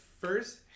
first